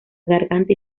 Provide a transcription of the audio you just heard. garganta